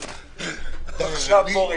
נוספות)(תיקון מס' 22), התשפ"א-2020, אושרו.